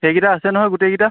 সেইকেইটা আছে নহয় গোটেইকেইটা